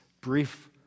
brief